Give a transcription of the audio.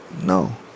No